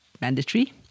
mandatory